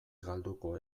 galduko